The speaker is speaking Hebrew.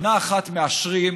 שנה אחת מאשרים,